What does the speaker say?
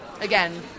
again